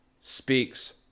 speaks